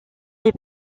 les